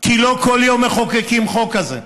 ולא כל יום מחוקקים כזה,